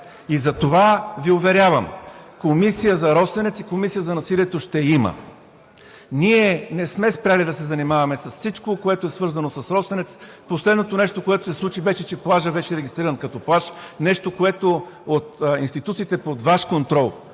И затова Ви уверявам – комисия за „Росенец“ и комисия за насилието ще има. Ние не сме спрели да се занимаваме с всичко, което е свързано с „Росенец“. Последното нещо, което се случи, беше, че плажът беше регистриран като плаж. Нещо, което от институциите под Ваш контрол